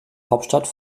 hauptstadt